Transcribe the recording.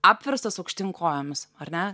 apverstas aukštyn kojomis ar ne